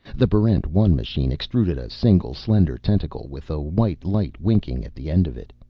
the barrent one machine extruded a single slender tentacle with a white light winking at the end of it.